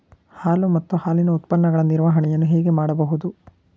ಹಾಲು ಮತ್ತು ಹಾಲಿನ ಉತ್ಪನ್ನಗಳ ನಿರ್ವಹಣೆಯನ್ನು ಹೇಗೆ ಮಾಡಬಹುದು?